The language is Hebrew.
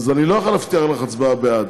אז אני לא יכול להבטיח לך הצבעה בעד,